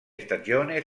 stagione